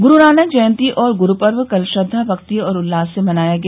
गुरु नानक जयंती और गुरुपर्व कल श्रद्वा भक्ति और उल्लास से मनाया गया